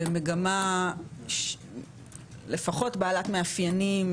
במגמה לפחות בעלת מאפיינים,